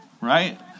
right